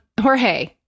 jorge